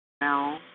No